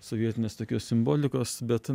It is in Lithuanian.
sovietinės tokios simbolikos bet